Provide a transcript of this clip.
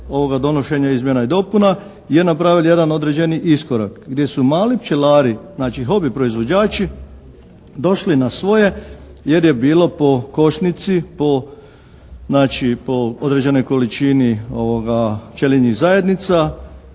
donošenja izmjena i dopuna je napravio jedan određeni iskorak gdje su mali pčelari, znači ovi proizvođači došli na svoje jer je bilo po košnici po znači po određenoj količini pčelinjih zajednica